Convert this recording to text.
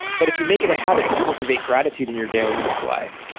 but if you make it a habit to cultivate gratitude in your daily life,